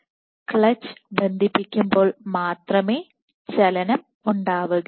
clutch ബന്ധിപ്പിക്കുമ്പോൾ മാത്രമേ ചലനം ഉണ്ടാവുകയുള്ളൂ